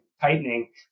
tightening